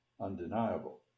undeniable